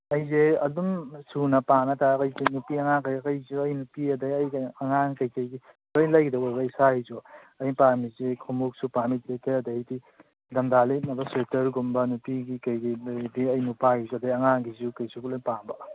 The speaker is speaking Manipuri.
ꯑꯩꯁꯦ ꯑꯗꯨꯝ ꯁꯨꯅ ꯄꯥꯝꯃꯦ ꯍꯥꯏꯇꯥꯔꯦ ꯑꯩꯈꯣꯏ ꯅꯨꯄꯤ ꯑꯉꯥꯡ ꯀꯩ ꯀꯩ ꯑꯩꯈꯣꯏꯒꯤꯁꯨ ꯑꯩ ꯅꯨꯄꯤ ꯑꯗꯒꯤ ꯑꯩ ꯀꯩꯅꯣ ꯑꯉꯥꯡ ꯀꯩ ꯀꯩꯒꯤ ꯂꯣꯏ ꯂꯩꯒꯗꯕ ꯑꯣꯏꯕ ꯑꯩ ꯏꯁꯥꯒꯤꯁꯨ ꯑꯩꯅ ꯄꯥꯝꯃꯤꯁꯦ ꯈꯣꯡꯎꯞꯁꯨ ꯄꯥꯝꯃꯤ ꯑꯗꯩꯗꯤ ꯏꯪꯊꯝꯊꯥ ꯂꯤꯠꯅꯕ ꯁ꯭ꯋꯦꯇꯔꯒꯨꯝꯕ ꯅꯨꯄꯤꯒꯤ ꯀꯩ ꯀꯩ ꯂꯩꯔꯗꯤ ꯑꯩ ꯅꯨꯄꯥꯒꯤꯁꯨ ꯑꯗꯩ ꯑꯉꯥꯡꯒꯤꯁꯨ ꯀꯩꯁꯨ ꯂꯣꯏ ꯄꯥꯝꯕ